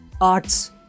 arts